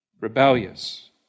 Rebellious